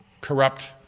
corrupt